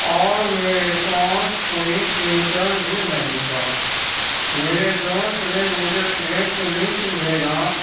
اور میرے پاس کوئی سیوٹر بھی نہیں تھا میرے دوست نے مجھے ایک لنک بھیجا